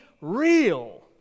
real